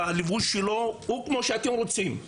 בלבוש שלו הוא כמו שאתם רוצים.